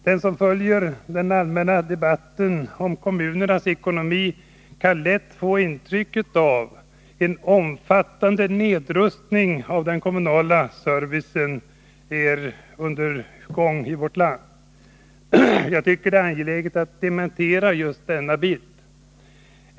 Den som följer den allmänna debatten om kommunernas ekonomi kan lätt få intryck av att det pågår en omfattande nedrustning av den kommunala servicen i vårt land. Jag tycker att det är angeläget att dementera just detta.